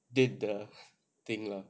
did the thing lah